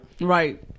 Right